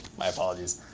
my apologies.